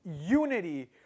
unity